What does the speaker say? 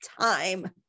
time